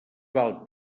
val